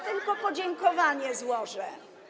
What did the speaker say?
Tylko podziękowania złożę.